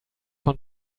von